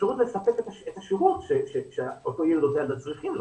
האפשרות לספק את השירות שאותו ילד או ילדה צריכים.